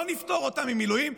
לא נפטור אותם ממילואים.